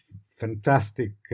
fantastic